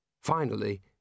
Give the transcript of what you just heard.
Finally